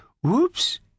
Whoops